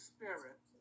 Spirit